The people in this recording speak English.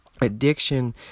addiction